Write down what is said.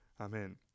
Amen